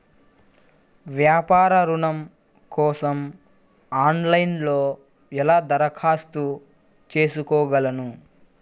వ్యాపార ఋణం కోసం ఆన్లైన్లో ఎలా దరఖాస్తు చేసుకోగలను?